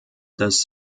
das